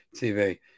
TV